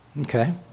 Okay